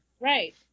Right